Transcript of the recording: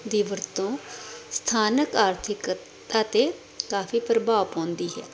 ਦੀ ਵਰਤੋਂ ਸਥਾਨਕ ਆਰਥਿਕਤਾ 'ਤੇ ਕਾਫ਼ੀ ਪ੍ਰਭਾਵ ਪਾਉਂਦੀ ਹੈ